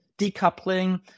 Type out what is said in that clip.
decoupling